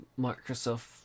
Microsoft